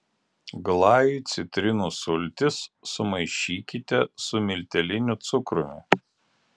glajui citrinų sultis sumaišykite su milteliniu cukrumi